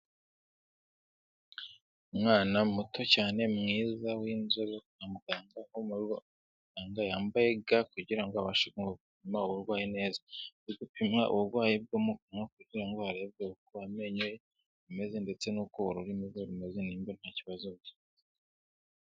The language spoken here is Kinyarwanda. Umwana muto cyane mwiza w'inzobe. Kwa muganga, umuganga yambaye ga kugira ngo abashe gupima uburwayi neza. Ari gupima uburwayi bwo mu kanwa kugira ngo harebwe uko amenyo ye ameze, ndetse n'uko ururimi rwe rumeze, nimba nta kibazo afite.